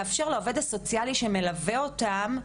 לאפשר לעובד הסוציאלי שמלווה אותם,